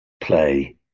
play